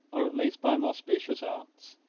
or, at least, by more specious arts.